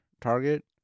target